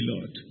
Lord